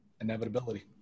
inevitability